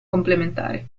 complementari